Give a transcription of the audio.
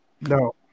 No